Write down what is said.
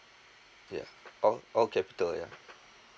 yeah o~ okay betul yeah